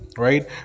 Right